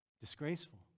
disgraceful